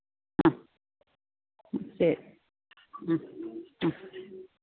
ആ ശെരി ആ ആ